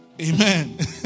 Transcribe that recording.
Amen